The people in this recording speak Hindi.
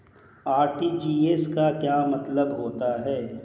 आर.टी.जी.एस का क्या मतलब होता है?